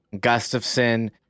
Gustafson